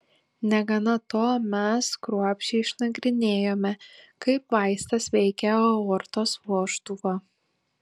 negana to mes kruopščiai išnagrinėjome kaip vaistas veikia aortos vožtuvą